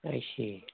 I see